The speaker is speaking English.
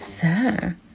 sir